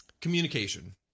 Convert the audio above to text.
communication